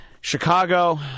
Chicago